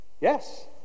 Yes